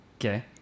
Okay